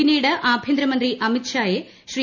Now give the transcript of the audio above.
പിന്നീട് ആഭ്യന്തരമന്ത്രി അമിത് ഷായെ ശ്രീ